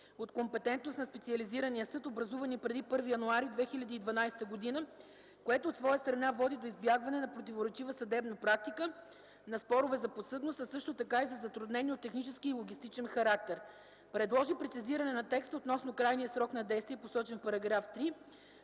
от компетентност на специализирания съд, образувани преди 1 януари 2012 г., което от своя страна води до избягване на противоречива съдебна практика, на спорове за подсъдност, а също така и на затруднения от технически и логистичен характер. Предложи се прецизиране на текста относно крайния срок на действие, посочен в § 3.